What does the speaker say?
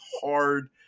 hard